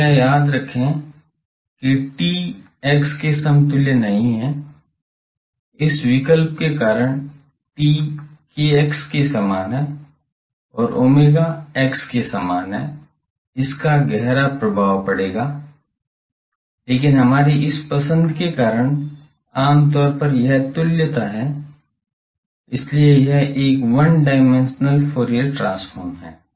कृपया याद रखें कि t x के समतुल्य नहीं है इस विकल्प के कारण t kx के समान है और omega x के समान है इसका गहरा प्रभाव पड़ेगा लेकिन हमारी इस पसंद के कारण आम तौर पर यह तुल्यता है इसलिए यह एक वन डायमेंशनल फूरियर ट्रांसफॉर्म है